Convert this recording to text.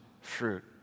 fruit